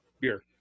beer